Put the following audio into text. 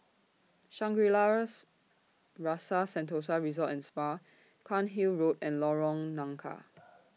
Shangri La's Rasa Sentosa Resort and Spa Cairnhill Road and Lorong Nangka